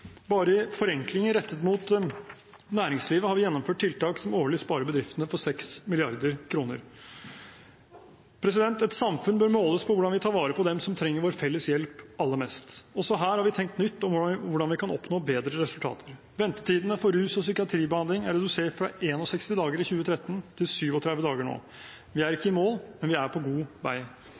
Bare i forenklinger rettet mot næringslivet har vi gjennomført tiltak som årlig sparer bedriftene for 6 mrd. kr. Et samfunn bør måles på hvordan vi tar vare på dem som trenger vår felles hjelp aller mest. Også her har vi tenkt nytt om hvordan vi kan oppnå bedre resultater. Ventetidene for rus- og psykiatribehandling er redusert fra 61 dager i 2013 til 37 dager nå. Vi er ikke i mål, men vi er på god vei.